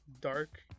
dark